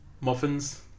muffins